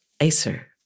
Acer